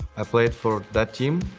i played for dat team.